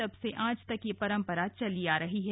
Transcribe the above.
तब से आज तक ये परंपरा चली आ रही है